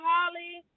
Holly